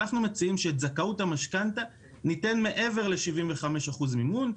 אנחנו מציעים שאת זכאות המשכנתא ניתן מעבר ל-75% מימון,